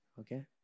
okay